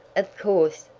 of course,